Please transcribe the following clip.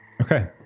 Okay